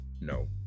no